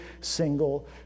single